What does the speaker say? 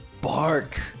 Bark